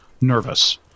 nervous